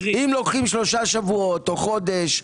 אם לוקחים שלושה שבועות או חודש,